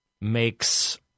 makes